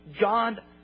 God